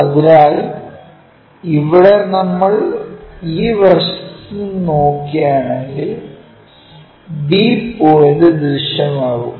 അതിനാൽ ഇവിടെ നമ്മൾ ഈ വശത്ത് നിന്ന് നോക്കുകയാണെങ്കിൽ b പോയിന്റ് ദൃശ്യമാകും